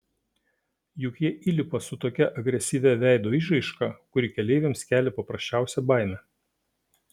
juk jie įlipa su tokia agresyvia veido išraiška kuri keleiviams kelia paprasčiausią baimę